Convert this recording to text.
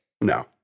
No